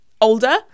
older